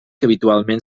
habitualment